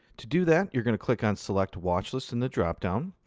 to do that, you're going to click on select watchlist in the dropdown.